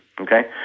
okay